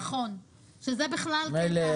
מילא,